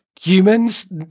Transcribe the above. humans